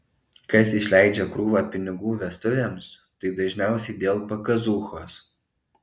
kas išleidžia krūvą pinigų vestuvėms tai dažniausiai dėl pakazuchos